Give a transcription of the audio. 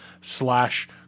slash